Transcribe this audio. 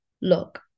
look